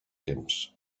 temps